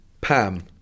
Pam